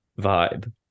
vibe